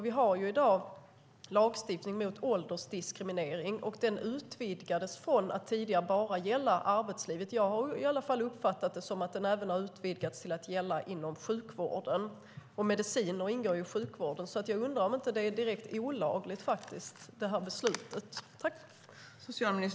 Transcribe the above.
Vi har i dag lagstiftning mot åldersdiskriminering, och den utvidgades från att tidigare bara gälla arbetslivet. Jag har i alla fall uppfattat det som att den har utvidgats till att även gälla inom sjukvården. Och mediciner ingår i sjukvården. Därför undrar jag om det här beslutet inte är direkt olagligt.